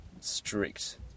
strict